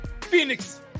Phoenix